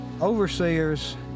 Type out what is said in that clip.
Overseers